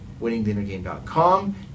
winningdinnergame.com